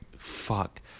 Fuck